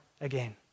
again